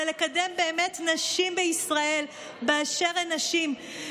אלא לקדם באמת נשים בישראל באשר הן נשים,